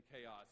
chaos